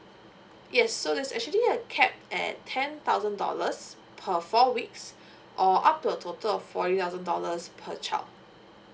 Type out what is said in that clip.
yes so there's actually a cap at ten thousand dollars per four weeks or up to a total of forty thousand dollars per child